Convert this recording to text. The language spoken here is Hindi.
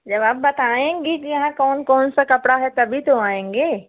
जब आप बताएँगी कि यहाँ कौन कौन सा कपड़ा है तभी तो आएँगे